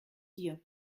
dir